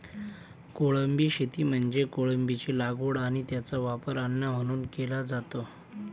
कोळंबी शेती म्हणजे कोळंबीची लागवड आणि त्याचा वापर अन्न म्हणून केला जातो